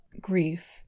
grief